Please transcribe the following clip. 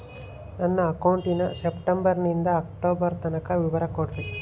ನನ್ನ ಅಕೌಂಟಿನ ಸೆಪ್ಟೆಂಬರನಿಂದ ಅಕ್ಟೋಬರ್ ತನಕ ವಿವರ ಕೊಡ್ರಿ?